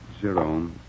Zero